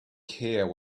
care